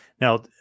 Now